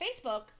Facebook